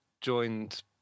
joined